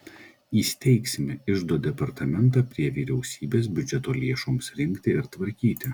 įsteigsime iždo departamentą prie vyriausybės biudžeto lėšoms rinkti ir tvarkyti